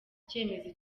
icyemezo